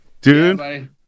Dude